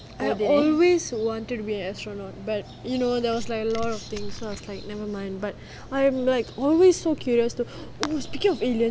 I always wanted to be a astronaut but you know there's a lot of things so I was like never mind but I'm like always so curious oh speaking of aliens